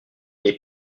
est